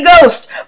Ghost